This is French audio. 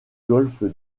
golfe